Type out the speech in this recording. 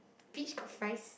beach got fries